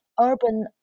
urban